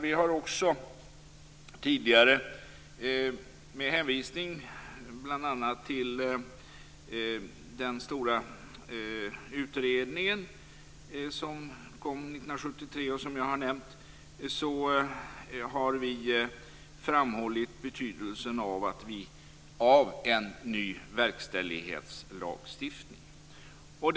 Vi har också tidigare med hänvisning bl.a. till den stora utredningen som jag har nämnt och som kom 1993 framhållit betydelsen av att vi behöver en ny verkställighetslagstiftning.